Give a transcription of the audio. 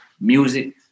music